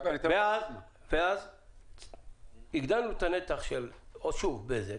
אז הגדלנו את הנתח של בזק.